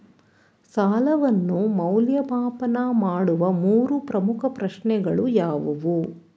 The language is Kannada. ಸಾಲವನ್ನು ಮೌಲ್ಯಮಾಪನ ಮಾಡುವ ಮೂರು ಪ್ರಮುಖ ಪ್ರಶ್ನೆಗಳು ಯಾವುವು?